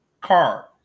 car